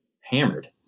hammered